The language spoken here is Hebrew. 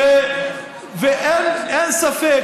ואין ספק